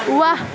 वाह